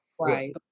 Right